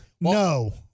no